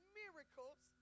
miracles